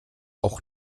auch